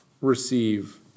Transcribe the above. receive